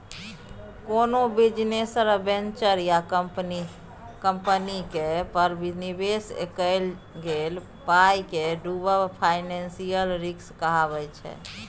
कोनो business venture या कंपनीक पर निबेश कएल गेल पाइ केर डुबब फाइनेंशियल रिस्क कहाबै छै